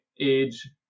age